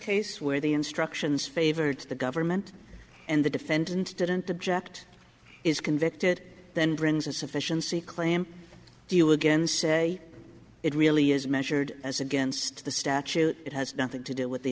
case where the instructions favored the government and the defendant didn't object is convicted then brings in sufficiency claim deal again say it really is measured as against the statute it has nothing to do with the